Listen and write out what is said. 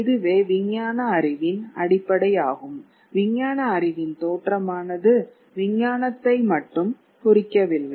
இதுவே விஞ்ஞான அறிவின் அடிப்படையாகும் விஞ்ஞான அறிவின் தோற்றமானது விஞ்ஞானத்தை மட்டும் குறிக்கவில்லை